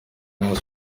rayon